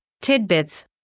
tidbits